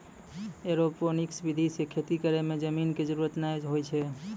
aeroponics विधि सॅ खेती करै मॅ जमीन के जरूरत नाय होय छै